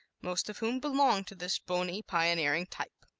most of whom belong to this bony, pioneering type.